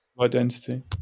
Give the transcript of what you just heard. identity